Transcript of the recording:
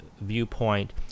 viewpoint